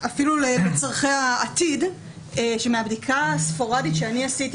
אפילו לצורכי העתיד ואומר שמהבדיקה הספורדית שאני עשיתי